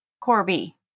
Corby